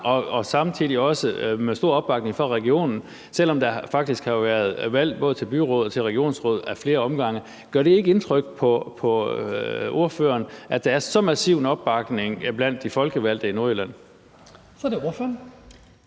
og samtidig også stor opbakning fra regionen, selv om der faktisk har været valg til både byråd og regionsråd ad flere omgange? Gør det ikke indtryk på ordføreren, at der er så massiv en opbakning blandt de folkevalgte i Nordjylland? Kl. 18:07 Den